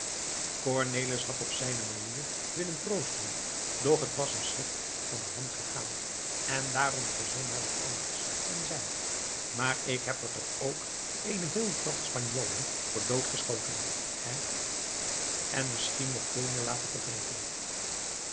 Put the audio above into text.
cornelis had op zijne manier willen troosten doch het was hem slecht van de hand gegaan en daarom verzon hij wat anders en zei maar ik heb er toch ook eene heel vracht spanjolen voor doodgeschoten hé en misschien nog veel meer laten verdrinken